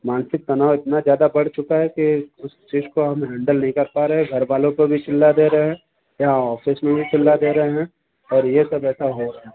मानसिक तनाव इतना ज़्यादा बढ़ चुका है की उस चीज़ को हम हैंडल नही कर पा रहें घर वालो को चिल्ला दे रहे हैं यहाँ ऑफिस में भी चिल्ला दे रहे हैं और यह सब ऐसा हो रहा है